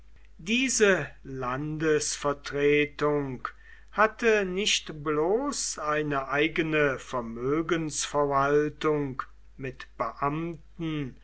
diese landesvertretung hatte nicht bloß eine eigene vermögensverwaltung mit beamten